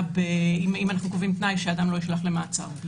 אם אנחנו קובעים תנאי שאדם לא יישלח למעצר.